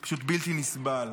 זה פשוט בלתי נסבל.